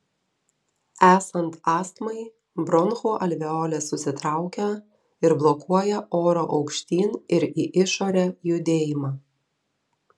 esant astmai bronchų alveolės susitraukia ir blokuoja oro aukštyn ir į išorę judėjimą